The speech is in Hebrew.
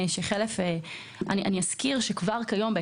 אני אזכיר שכבר היום,